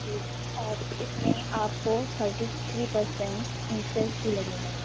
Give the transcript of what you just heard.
جی اور اِس میں آپ کو تھرٹی تھری پرسینٹ انٹریسٹ بھی لگے گا